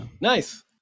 Nice